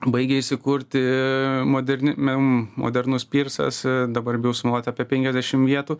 baigia įsikurti moderni mem modernus pyrsas dabar bijau sumeluot apie penkiasdešim vietų